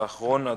ואחרון הדוברים,